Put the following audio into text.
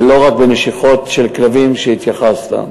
ולא רק בנשיכות של כלבים, שאליהן התייחסת.